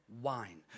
Wine